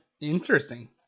Interesting